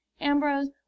Ambrose